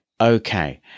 Okay